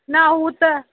न हू त